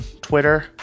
Twitter